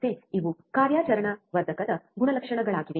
ಮತ್ತೆ ಇವು ಕಾರ್ಯಾಚರಣಾ ವರ್ಧಕದ ಗುಣಲಕ್ಷಣಗಳಾಗಿವೆ